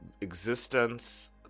existence